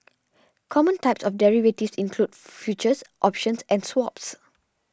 common types of derivatives include futures options and swaps